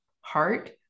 heart